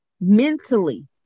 mentally